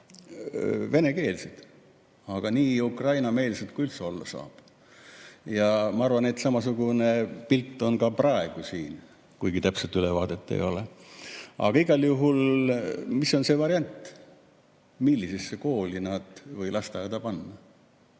venekeelsed, aga nii Ukraina-meelsed, kui üldse olla saab. Ja ma arvan, et samasugune pilt on ka praegu siin, kuigi täpset ülevaadet ei ole. Aga igal juhul, mis on see variant? Millisesse kooli või lasteaeda nad panna?